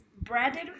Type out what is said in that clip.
Brandon